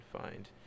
find